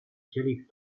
kielich